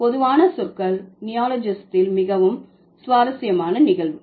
பொதுவான சொற்கள் நியோலாஜிஸத்தில் மிகவும் சுவாரஸ்யமான நிகழ்வு